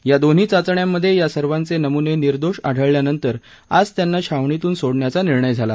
या दोन्ही चाचण्यांमधे या सर्वांचे नमुने निर्दोष आढळल्यानंतर आज त्यांना छावणीतून सोडण्याचा निर्णय झाला